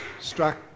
struck